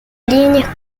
lignes